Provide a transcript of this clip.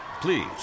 Please